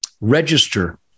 register